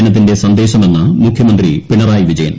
ദിനത്തിന്റെ സന്ദേശമെന്ന് മുഖ്യമന്ത്രി പിണറായി വിജയൻ